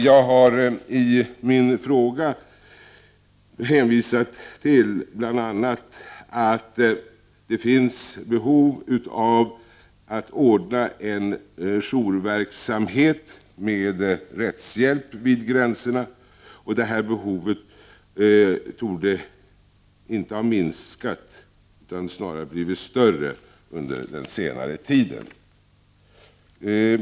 Jag har i min fråga hänvisat till bl.a. att det finns behov av att ordna jourverksamhet med rättshjälp vid gränserna. Detta behov torde inte ha minskat utan snarare ha blivit större under senare tid.